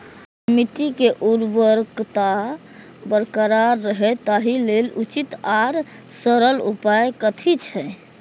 मिट्टी के उर्वरकता बरकरार रहे ताहि लेल उचित आर सरल उपाय कथी छे?